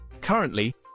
Currently